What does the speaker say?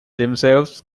themselves